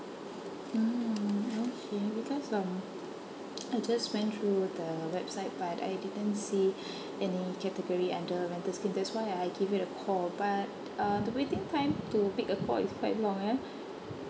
a'ah okay because um I just went through the website but I didn't see any category under rental scheme that's why I give you a call but uh the waiting time to pick a call is quite long yeah